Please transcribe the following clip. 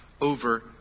over